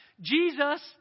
Jesus